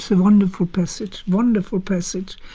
so wonderful passage, wonderful passage.